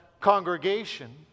congregation